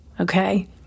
Okay